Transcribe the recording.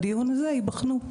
הדיון הזה ייבחנו.